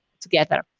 together